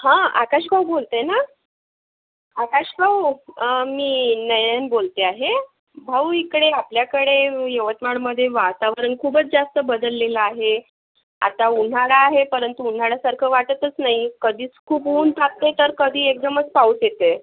हं आकाशभाऊ बोलताय ना आकाशभाऊ मी नयन बोलते आहे भाऊ इकडे आपल्याकडे यवतमाळमध्ये वातावरण खूपच जास्त बदललेलं आहे आता उन्हाळा आहे परंतु उन्हाळ्यासारखं वाटतच नाही कधीच खूप ऊन तापते तर कधी एकदमच पाऊस येते